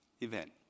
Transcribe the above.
event